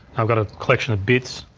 i've got a collection of bits.